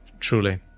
Truly